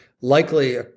likely